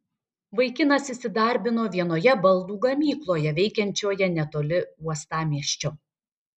vaikinas įsidarbino vienoje baldų gamykloje veikiančioje netoli uostamiesčio